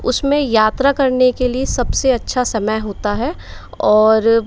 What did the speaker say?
उसमें यात्रा करने के लिए सबसे अच्छा समय होता है और